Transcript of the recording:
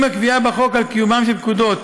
אם הקביעה בחוק על קיומן של פקודות